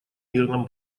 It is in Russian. мирном